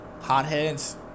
hotheads